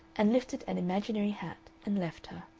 and lifted an imaginary hat and left her.